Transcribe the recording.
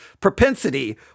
propensity